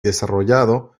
desarrollado